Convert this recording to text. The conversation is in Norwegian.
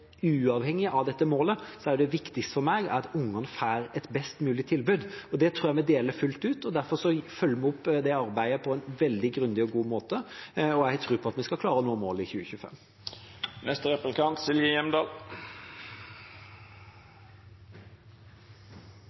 uavhengig av dette målet er det viktigste for meg at ungene får et best mulig tilbud. Det synspunktet tror jeg vi deler fullt ut. Derfor følger vi opp det arbeidet på en veldig grundig og god måte, og jeg har tro på at vi skal klare å nå målet i 2025.